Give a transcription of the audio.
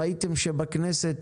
ראיתם שבכנסת